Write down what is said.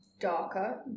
darker